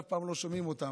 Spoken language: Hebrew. אף פעם לא שומעים אותם,